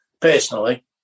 personally